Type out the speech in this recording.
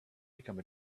become